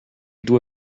due